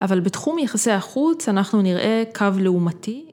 ‫אבל בתחום יחסי החוץ ‫אנחנו נראה קו לעומתי.